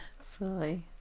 Silly